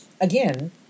again